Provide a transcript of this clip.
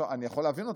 אני יכול להבין אותם.